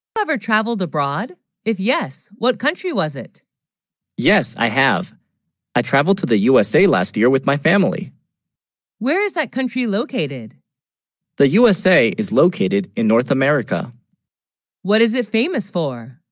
ever traveled abroad if yes what country, was it yes i have i traveled to the usa last, year with, my family where, is that country located the usa is located in north america what is it famous for?